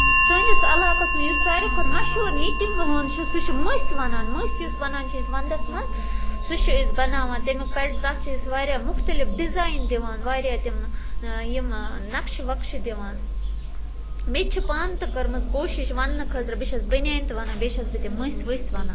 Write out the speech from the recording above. سٲنِس عَلاقَس منٛز یُس ساروی کھۄتہٕ مَشہوٗر نِٹِنٛگ پُہن چھُ سُہ چھُ مٔسۍ وَنان مٔسۍ یُس وَنان چھِ أسۍ وَنٛدَس منٛز سُہ چھِ أسۍ بَناوان تَمیُک پٮ۪ٹھ تَتھ چھِ أسۍ واریاہ مُختلِف ڈِزاِین دِوان واریاہ تِم یِم نَقشہٕ وَقشہٕ دِوان مےٚ تہِ چھِ پانہٕ تہِ کٔرمٕژ کوٗشِش وَننہٕ خٲطرٕ بہٕ چھَس بٔنیان تہِ وَنان بیٚیہِ چھَس بہٕ تِم مٔسۍ ؤسۍ وَنان